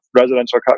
residential